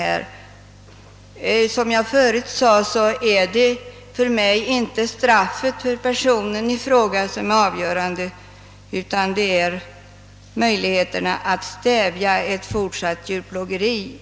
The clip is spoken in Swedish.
Det för mig avgörande är, som jag sade förut, inte straffet för personen i fråga, utan möjligheterna att stävja ett fortsatt djurplågeri.